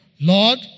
Lord